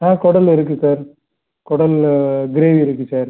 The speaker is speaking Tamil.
ஆ குடல் இருக்குது சார் குடல் கிரேவி இருக்குது சார்